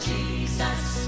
Jesus